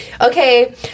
okay